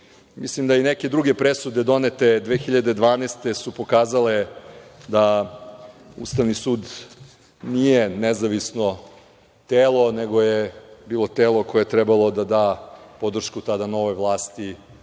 da i neke druge presude donete 2012. godine su pokazale da Ustavni sud nije nezavisno telo, nego je bilo telo koje je trebalo da da podršku tada novoj vlasti,